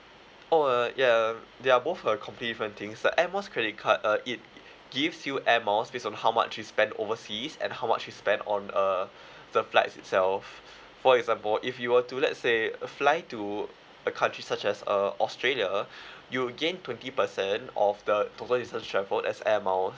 oh uh um they are both uh completely different things the air miles credit card uh it gives you air miles based on how much you spend overseas and how much you spend on uh the flights itself for example if you were to let's say uh fly to a country such as uh australia you'll gain twenty percent of the total distance travelled as air miles